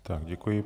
Tak děkuji.